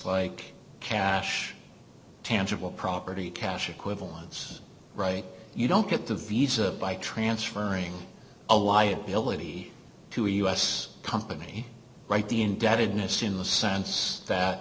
like cash tangible property cash equivalence right you don't get the visa by transferring a liability to a u s company right the indebtedness in the sense that